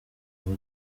ngo